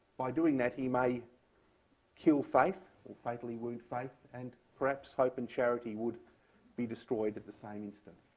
by doing that, he may kill faith or fatally wound faith. and perhaps hope and charity would be destroyed at the same instant.